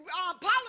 Politics